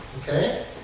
Okay